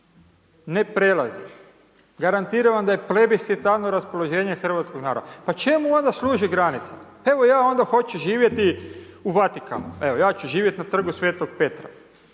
Ne prelazi. Garantiram vam da je plebisitarno raspoloženje hrvatskog naroda. Pa čemu onda služi granica? Evo ja onda hoću živjeti u Vatikanu, evo ja ću živjet na Trgu Svetog Petra,